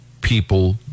people